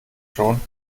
schon